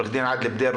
עורך הדין עאדל בדיר,